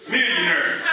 Millionaire